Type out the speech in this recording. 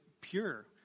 pure